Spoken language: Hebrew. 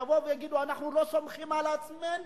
יבואו ויגידו: אנחנו לא סומכים על עצמנו,